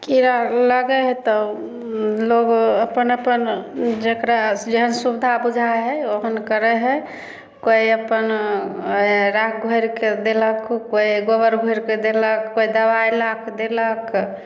कीड़ा आर लगै हय तऽ लोग अपन अपन जेकरा जेहन सुबिधा बुझा हइ ओ अपन करै हइ कोइ अपन राखि घोरिके देलक कोइ गोबर घोरिके देलक कोइ दवाइ लाके देलक